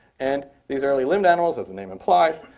and these early limbed animals, as the name implies,